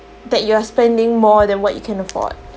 that you are spending more than what you can afford